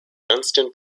dunston